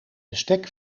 bestek